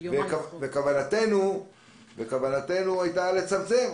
כוונתנו הייתה לצמצם.